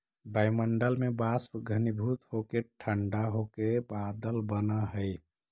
वायुमण्डल में वाष्प घनीभूत होके ठण्ढा होके बादल बनऽ हई